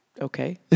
Okay